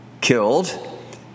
killed